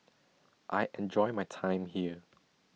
I enjoy my time here